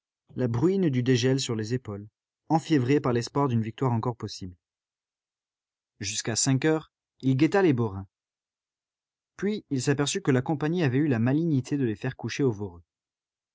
la bruine du dégel sur les épaules enfiévré par l'espoir d'une victoire encore possible jusqu'à cinq heures il guetta les borains puis il s'aperçut que la compagnie avait eu la malignité de les faire coucher au